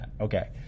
Okay